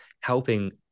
helping